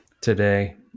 today